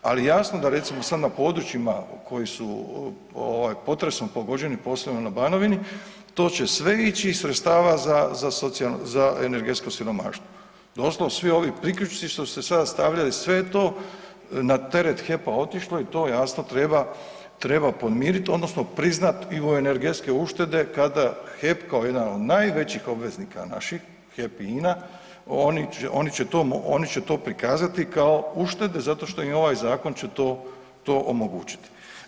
Ali jasno recimo da sada na područjima koja su potresom pogođeni, posebno na Banovini, to će sve ići iz sredstva za energetsko siromaštvo, doslovno svi ovi priključci što su se sada stavljali sve je to na teret HEP-a otišlo i to jasno treba podmirit odnosno priznat i u energetske uštede kada HEP kao jedan od najvećih obveznika naših HEP i INA oni će to prikazati kao uštede zato što im ovaj zakon će to omogućiti.